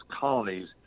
colonies